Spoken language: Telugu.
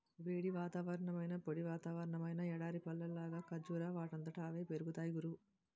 వేడి వాతావరణమైనా, పొడి వాతావరణమైనా ఎడారి పళ్ళలాగా కర్బూజా వాటంతట అవే పెరిగిపోతాయ్ గురూ